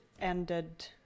ended